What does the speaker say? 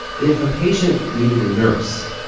if a patient needed a nurse,